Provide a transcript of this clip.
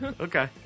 Okay